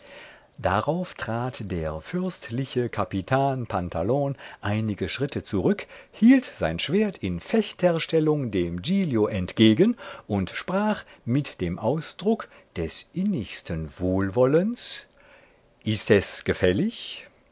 darauf trat der fürstliche capitan pantalon einige schritte zurück hielt sein schwert in fechterstellung dem giglio entgegen und sprach mit dem ausdruck des innigsten wohlwollens ist es gefällig